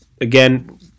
again